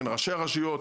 בין ראשי הרשויות